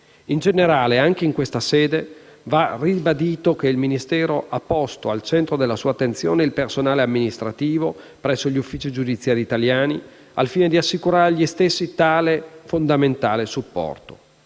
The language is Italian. In generale, anche in questa sede va ribadito che il Ministero ha posto al centro della sua attenzione il personale amministrativo presso gli uffici giudiziari italiani, al fine di assicurare agli stessi tale fondamentale supporto.